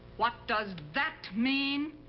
what does that mean?